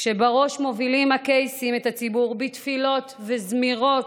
כשבראש מובילים הקייסים את הציבור בתפילות וזמירות,